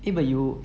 eh but you